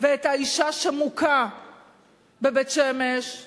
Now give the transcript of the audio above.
ואת האשה שמוכה בבית-שמש,